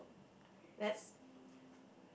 that's